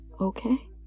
okay